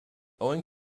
owing